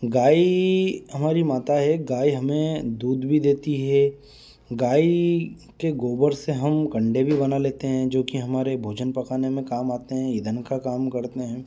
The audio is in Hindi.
गाय हमारी माता है गाय हमें दूध भी देती है गाय के गोबर से हम कंडे भी बना लेते हैं जो कि हमारे भोजन पकाने में काम आते हैं ईंधन का करते हैं